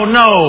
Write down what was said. no